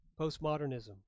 postmodernism